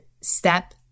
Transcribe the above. step